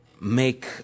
make